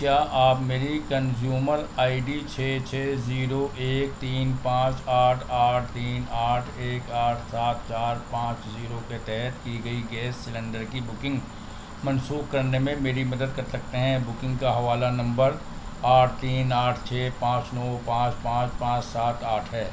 کیا آپ میری کنزیومر آئی ڈی چھ چھ زیرو ایک تین پانچ آٹھ آٹھ تین آٹھ ایک آٹھ سات چار پانچ زیرو کے تحت کی گئی گیس سلنڈر کی بکنگ منسوخ کرنے میں میری مدد کر سکتے ہیں بکنگ کا حوالہ نمبر آٹھ تین آٹھ چھ پانچ نو پانچ پانچ پانچ سات آٹھ ہے